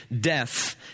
death